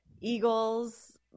Eagles